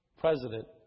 President